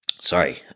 sorry